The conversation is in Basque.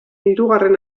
hirugarren